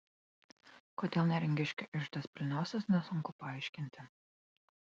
kodėl neringiškių iždas pilniausias nesunku paaiškinti